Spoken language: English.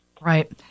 Right